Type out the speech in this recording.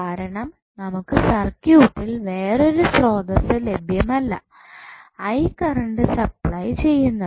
കാരണം നമുക്ക് സർക്യൂട്ടിൽ വേറൊരു സ്രോതസ്സ് ലഭ്യമല്ല കറണ്ട് സപ്ലൈ ചെയ്യുന്നത്